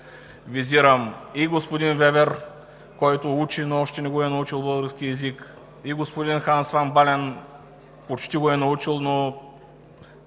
Визирам и господин Вебер, който учи, но още не е научил български език, и господин Ханс Ван Бален – почти го е научил, но